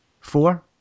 four